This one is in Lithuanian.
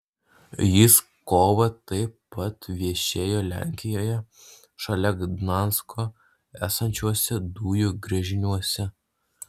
jis kovą taip pat viešėjo lenkijoje šalia gdansko esančiuose dujų gręžiniuose